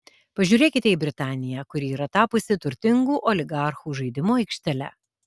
pažiūrėkite į britaniją kuri yra tapusi turtingų oligarchų žaidimo aikštele